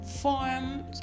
formed